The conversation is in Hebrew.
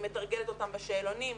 היא מתרגלת אותם בשאלונים,